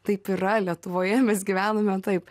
taip yra lietuvoje mes gyvename taip